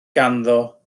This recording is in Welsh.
ganddo